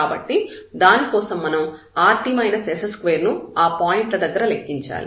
కాబట్టి దానికోసం మనం rt s2 ను ఆ పాయింట్ల దగ్గర లెక్కించాలి